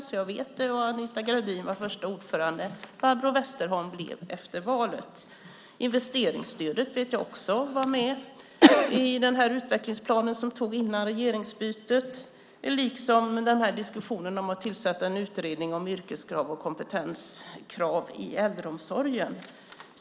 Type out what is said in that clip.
Anita Gradin var dess första ordförande, och efter valet blev Barbro Westerholm ordförande. Också investeringsstödet fanns med i den utvecklingsplan som antogs före regeringsbytet liksom diskussionen om att tillsätta en utredning om yrkes och kompetenskrav i äldreomsorgen.